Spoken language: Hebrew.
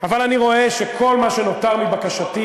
אבל אני רואה שכל מה שנותר מבקשתי